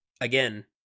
again